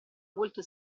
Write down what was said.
volto